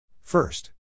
First